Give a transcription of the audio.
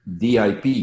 DIP